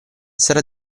sarà